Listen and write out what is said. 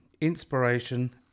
inspiration